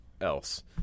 else